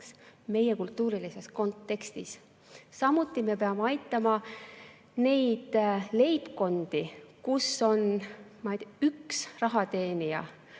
meie kultuurilises kontekstis. Samuti me peame aitama neid leibkondi, kus on üks rahateenija,